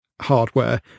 hardware